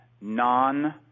non